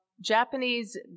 Japanese